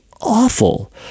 awful